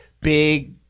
big